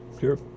Sure